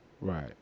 Right